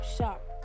Shock